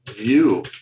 view